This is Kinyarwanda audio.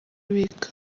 biga